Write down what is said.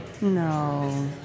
No